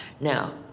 Now